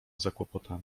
zakłopotany